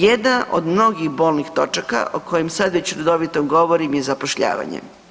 Jedna od mnogih bolnih točaka o kojem sad već redovito govorim je zapošljavanje.